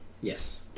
Yes